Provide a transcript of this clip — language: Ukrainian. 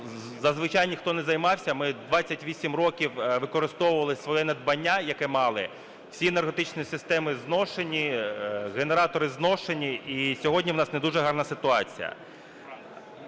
зазвичай ніхто не займався, ми 28 років використовували своє надбання, яке мали, всі енергетичні системи зношені, генератори зношені, і сьогодні у нас не дуже гарна ситуація.